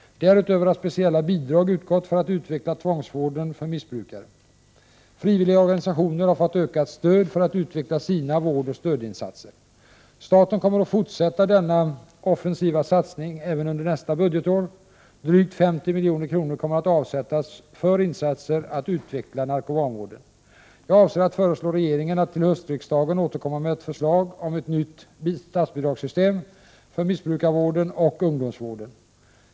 Därutöver har speciella bidrag utgått för att utveckla tvångsvården för missbrukare. Frivilliga organisationer har fått ökat stöd för att utveckla sina vårdoch stödinsatser. Staten kommer att fortsätta denna offensiva satsning även under nästa budgetår. Drygt 50 milj.kr. kommer att avsättas för insatser i syfte att utveckla narkomanvården. Jag avser att föreslå regeringen att till höstriksdagen återkomma med förslag om ett nytt statsbidragssystem för missbrukarvården och ungdomsvården.